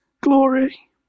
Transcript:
glory